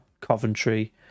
Coventry